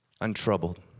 untroubled